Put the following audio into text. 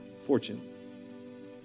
fortune